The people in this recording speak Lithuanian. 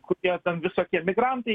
kokie ten visokie migrantai